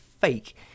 fake